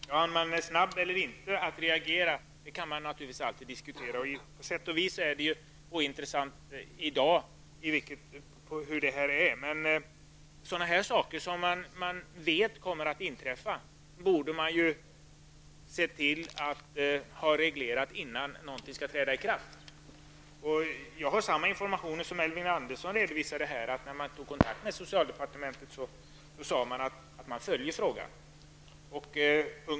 Herr talman! Om man är snabb eller inte att reagera kan man naturligtvis alltid diskutera. På sätt och vis är det ju ointressant i dag hur det är med det. Men sådana saker som man vet kommer att inträffa borde man se till att ha reglerat innan någonting skall träda i kraft. Jag har samma informationer som Elving Andersson redovisade: De som tog kontakt med socialdepartementet fick beskedet att man följde frågan.